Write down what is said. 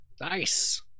Nice